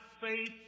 Faith